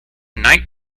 night